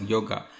Yoga